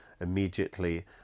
immediately